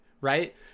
right